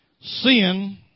Sin